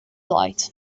light